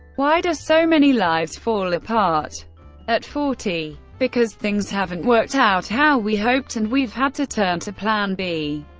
why do so many lives fall apart at forty? because things haven't worked out how we hoped and we've had to turn to plan b.